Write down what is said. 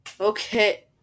Okay